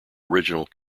original